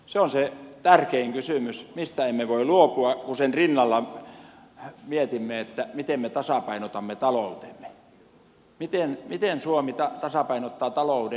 se on se tärkein kysymys kun sen rinnalla mietimme miten me tasapainotamme taloutemme miten suomi tasapainottaa talouden